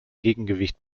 gegengewicht